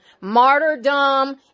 martyrdom